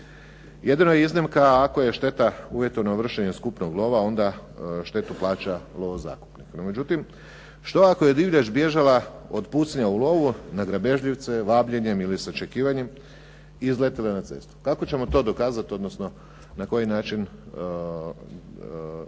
Jedino je iznimka ako je šteta uvjetovno vršenje skupnog lova, onda štetu plaća lovozakupnik. No međutim, što ako je divljač bježala od pucanja u lovu na grabežljivce vabljenjem ili s očekivanjem i izletjela je na cestu? Kako ćemo to dokazati, odnosno na koji način je,